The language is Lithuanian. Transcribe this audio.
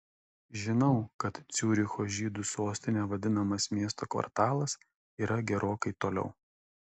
žinau kad ciuricho žydų sostine vadinamas miesto kvartalas yra gerokai toliau